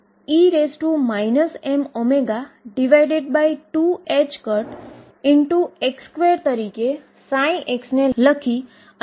જે r vector નો અર્થ x y અને z ના ફંક્શન તરીકે ψxyz એ E ψxyz ની બરાબર થાય છે